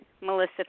Melissa